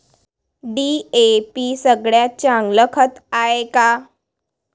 DAP सगळ्यात चांगलं खत हाये का?